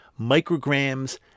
micrograms